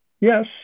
Yes